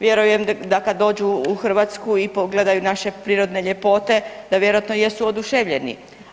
Vjerujem da kad dođu u Hrvatsku i pogledaju naše prirodne ljepote da vjerojatno jesu oduševljeni.